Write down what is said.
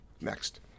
Next